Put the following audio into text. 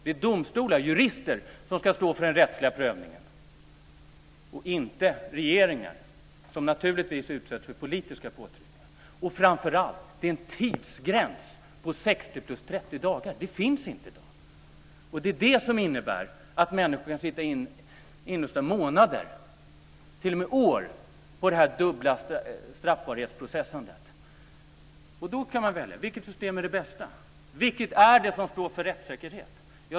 Det är jurister som ska stå för den rättsliga prövningen och inte regeringar, som naturligtvis utsätts för politiska påtryckningar. Viktigast av allt är att det finns en tidsgräns på 60+30 dagar. Den finns inte i dag, och det innebär att människor kan sitta inlåsta i månader och t.o.m. år i och med den dubbla straffbarheten. Då kan man välja. Vilket system är det bästa? Vilket system står för rättssäkerhet?